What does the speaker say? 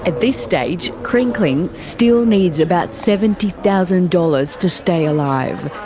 and this stage crinkling still needs about seventy thousand dollars to stay alive,